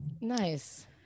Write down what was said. Nice